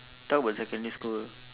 talk about secondary school